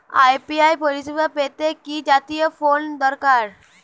UPI পরিসেবা পেতে কি জাতীয় ফোন দরকার?